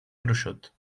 gruixut